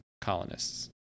colonists